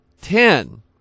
ten